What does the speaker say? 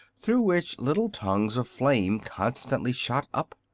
through which little tongues of flame constantly shot up.